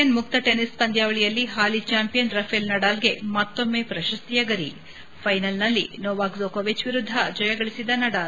Italian ಮುಕ್ತ tennis ಪಂದ್ವಾವಳಿಯಲ್ಲಿ ಹಾಲಿ ಚಾಂಪಿಯನ್ ರಫೇಲ್ ನಡಾಲ್ಗೆ ಮತ್ತೊಮ್ನ ಪ್ರಶಸ್ತಿಯ ಗರಿ ಫೈನಲ್ನಲ್ಲಿ ನೋವಾಕ್ ಜೊಕೋವಿಕ್ ವಿರುದ್ದ ಜಯಗಳಿಸಿದ ನಡಾಲ್